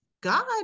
God